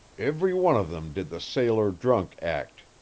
every one of them did the sailor-drunk act.